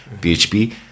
PHP